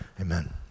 amen